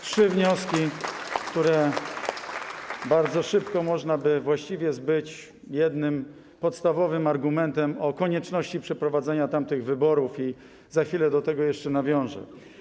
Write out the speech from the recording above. Trzy wnioski, które bardzo szybko można by właściwie zbyć jednym podstawowym argumentem o konieczności przeprowadzenia tamtych wyborów, i za chwilę do tego jeszcze nawiążę.